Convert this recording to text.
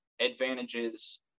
advantages